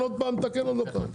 אני מכיר את כולם בשם,